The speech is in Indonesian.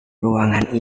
ruangan